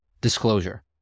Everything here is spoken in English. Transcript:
Disclosure